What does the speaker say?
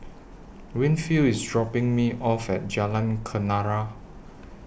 Winfield IS dropping Me off At Jalan Kenarah